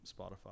Spotify